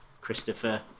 Christopher